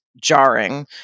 jarring